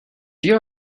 you